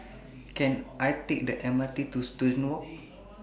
Can I Take The M R T to Student Walk